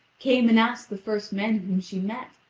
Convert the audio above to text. came and asked the first men whom she met,